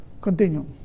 Continue